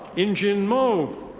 injin mo.